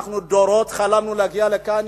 אנחנו דורות חלמנו להגיע לכאן,